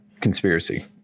conspiracy